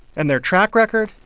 and their track record?